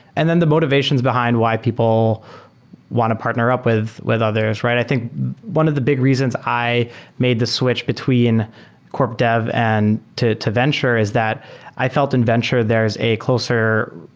and then the motivations behind why people want to partner up with with others. i think one of the big reasons i made the switch between corp dev and to to venture is that i felt in venture there is a closer,